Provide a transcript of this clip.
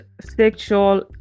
sexual